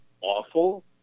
awful